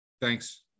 Thanks